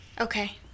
okay